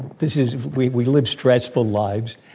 this is we we live stressful lives.